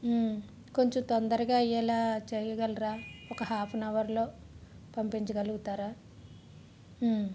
కొంచెం తొందరగా అయ్యేలాగా చేయగలరా ఒక హాఫ్ ఆన్ అవర్లో పంపించగలుగుతారా